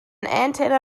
antenna